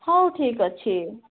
ହଁ ଠିକ୍ଅଛି